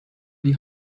die